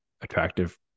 attractive